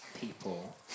people